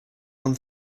one